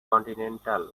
continental